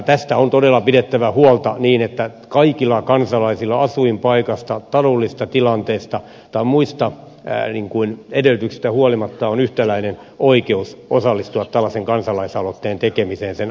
tästä on todella pidettävä huolta niin että kaikilla kansalaisilla asuinpaikasta taloudellisesta tilanteesta tai muista edellytyksistä huolimatta on yhtäläinen oikeus osallistua tällaisen kansalaisaloitteen tekemiseen sen allekirjoittamiseen